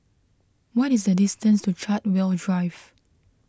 what is the distance to Chartwell Drive